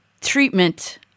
treatment